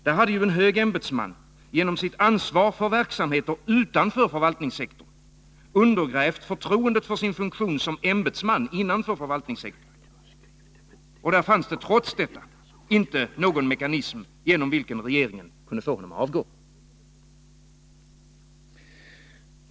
Där hade en hög ämbetsman, genom sitt ansvar för verksamheter utanför förvaltningssektorn, undergrävt förtroendet för sin funktion som ämbetsman innanför förvaltningssektorn, och där fanns trots detta inte någon mekanism genom vilken regeringen kunde få honom att avgå.